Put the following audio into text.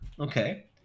Okay